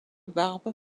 barbe